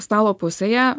stalo pusėje